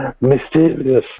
mysterious